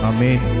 Amen